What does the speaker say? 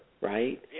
right